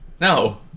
No